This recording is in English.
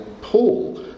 Paul